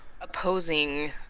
opposing